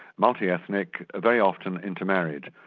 multi-ethnic, very often inter-married,